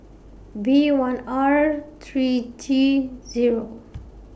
V one R three G Zero